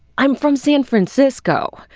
i'm from san francisco.